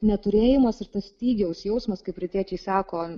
neturėjimas ir tas stygiaus jausmas kaip rytiečiai sako